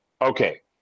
okay